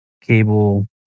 Cable